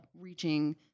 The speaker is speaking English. reaching